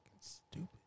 stupid